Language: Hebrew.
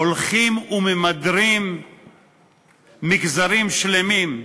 הולכים וממדרים מגזרים שלמים,